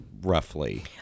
roughly